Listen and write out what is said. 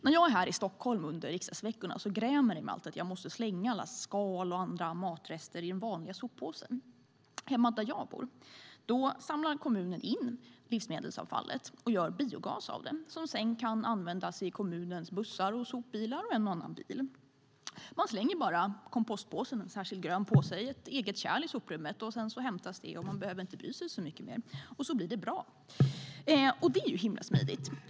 När jag är här i Stockholm under riksdagsveckorna grämer det mig att jag måste slänga skal och andra matrester i en vanlig soppåse. Hemma där jag bor samlar kommunen in livsmedelsavfallet och gör biogas av det som kan användas i kommunens bussar och sopbilar och en och annan bil. Man slänger kompostpåsen - en särskild grön påse - i ett eget kärl i soprummet. Det hämtas och man behöver inte bry sig så mycket. Det är himla smidigt.